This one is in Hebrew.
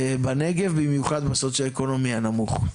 בנגב, במיוחד בסוציואקונומי הנמוך.